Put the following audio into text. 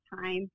time